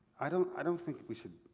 i don't i don't think we should,